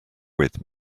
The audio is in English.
with